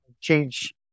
change